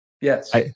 Yes